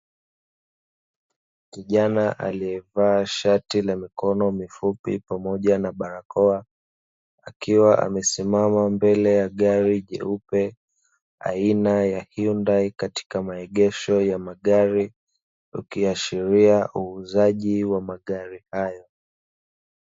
Kijana aliyevaa shati la mikono mifupi pamoja na barakoa, akiwa amesimama mbele ya gari jeupe aina ya 'Hyundai' katika maegesho ya magari, ikiashiria uuzaji wa magari haya.